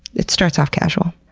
it starts off casual,